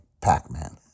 Pac-Man